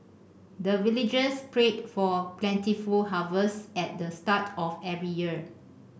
the villagers pray for plentiful harvest at the start of every year